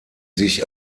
sich